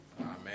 Amen